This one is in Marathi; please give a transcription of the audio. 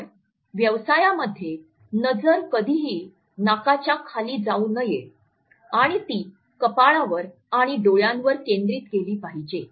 तर व्यवसायामध्ये नजर कधीही नाकाच्या खाली जाऊ नये आणि ती कपाळावर आणि डोळ्यांवर केंद्रित केली पाहिजे